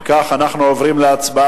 אם כך, אנחנו עוברים להצבעה.